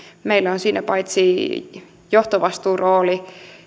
meillä on siinä paitsi johtovastuurooli